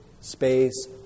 space